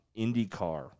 IndyCar